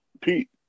Pete